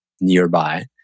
nearby